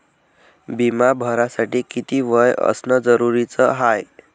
बिमा भरासाठी किती वय असनं जरुरीच हाय?